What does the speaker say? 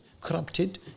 corrupted